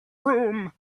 room